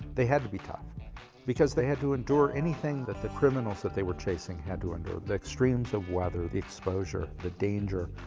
they had to be tough because they had to endure anything that the criminals that they were chasing had to endure the extremes of weather, the exposure, the danger.